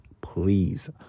please